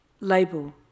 label